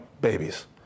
Babies